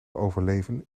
overleven